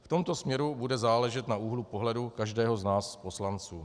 V tomto směru bude záležet na úhlu pohledu každého z nás poslanců.